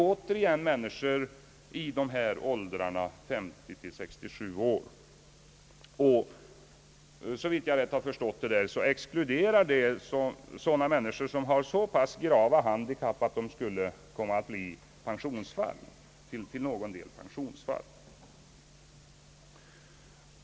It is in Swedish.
De är i åldrarna 50—67 år, och såvitt jag har förstått saken rätt exkluderas människor med så pass grava handikapp att de till någon del skulle komma att bli pensionsfall.